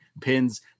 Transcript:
pins